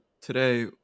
today